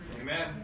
Amen